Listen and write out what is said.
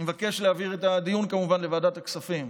אני מבקש להעביר את הדיון, כמובן, לוועדת הכספים.